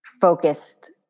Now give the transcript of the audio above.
focused